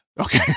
Okay